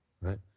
right